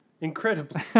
Incredibly